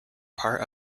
part